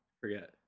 forget